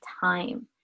time